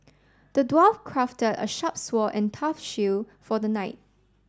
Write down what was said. the dwarf crafted a sharp sword and tough shield for the knight